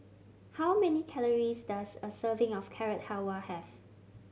how many calories does a serving of Carrot Halwa have